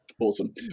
Awesome